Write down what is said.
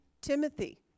Timothy